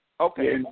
Okay